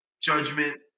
judgment